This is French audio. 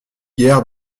guère